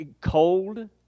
cold